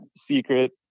secret